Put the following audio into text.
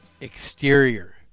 Exterior